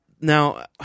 now